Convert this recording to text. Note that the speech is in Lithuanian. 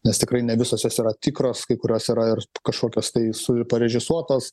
nes tikrai ne visos jos yra tikros kai kurios yra ir kažkokios tai su parežisuotos